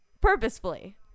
purposefully